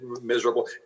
miserable